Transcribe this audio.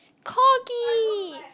corgi